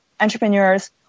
entrepreneurs